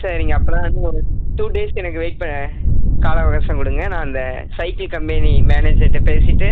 சரிங்க அப்போனா வந்து ஒரு டூ டேஸ் நீங்கள் எனக்கு வெயிட் பா கால அவகாசம் கொடுங்க நான் அந்த சைக்கிள் கம்பெனி மேனேஜர்கிட்ட பேசிவிட்டு